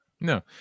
No